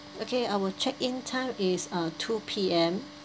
okay our check-in time is uh two P_M